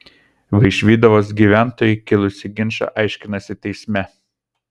vaišvydavos gyventojai kilusį ginčą aiškinasi teisme